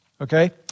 Okay